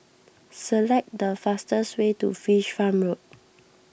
select the fastest way to Fish Farm Road